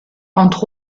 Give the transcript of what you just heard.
entre